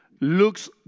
looks